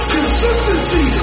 Consistency